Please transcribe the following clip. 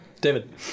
David